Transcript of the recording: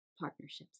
partnerships